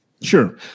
sure